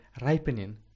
ripening